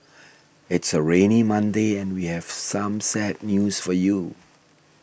it's a rainy Monday and we have some sad news for you